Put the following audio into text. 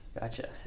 Gotcha